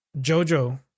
Jojo